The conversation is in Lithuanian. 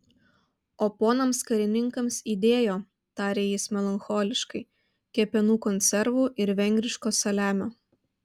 o ponams karininkams įdėjo tarė jis melancholiškai kepenų konservų ir vengriško saliamio